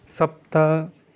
सप्त